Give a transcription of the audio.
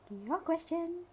your question